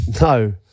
No